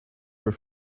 were